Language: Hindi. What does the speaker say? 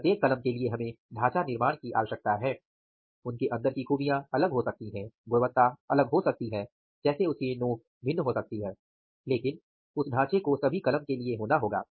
प्रत्येक कलम के लिए हमें ढांचा निर्माण की आवश्यकता है उनके अन्दर की खूबियाँ अलग हो सकती है गुणवत्ता अलग हो सकती है जैसे उसकी नोक भिन्न हो सकती है लेकिन उस ढांचे को सभी कलम के लिए होना होगा